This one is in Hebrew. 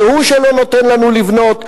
זה הוא שלא נותן לנו לבנות,